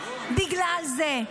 בגלל זה.